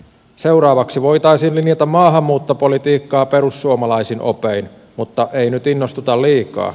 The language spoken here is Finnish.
seuraavaksi voitaisiin linjata maahanmuuttopolitiikkaa perussuomalaisin opein mutta ei nyt innostuta liikaa